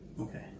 Okay